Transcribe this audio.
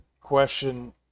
question